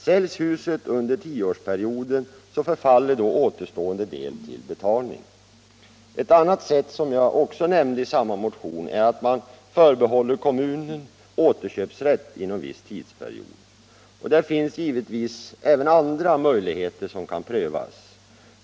Säljs huset under tioårsperioden förfaller återstående del till betalning. Ett annat sätt som jag också nämnde i samma motion är att man förbehåller kommunen återköpsrätt inom viss tidsperiod. Det finns givetvis även andra möjligheter som kan prövas.